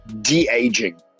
de-aging